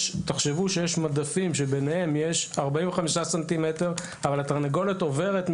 תחשבו שיש מדפים ביניהם יש 45 סנטימטרים אבל התרנגולת עוברת,